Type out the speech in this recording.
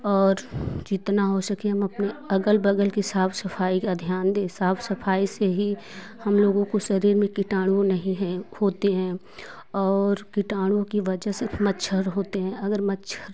और जितना हो सके हम अपने अगल बगल की साफ सफाई का ध्यान दें साफ सफाई से ही हम लोगों को शरीर में किटाणु नहीं हैं होते हैं और किटाणुओं की वजह से मच्छर होते हैं अगर मच्छर